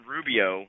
Rubio